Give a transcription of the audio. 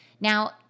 Now